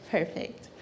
Perfect